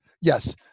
Yes